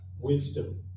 wisdom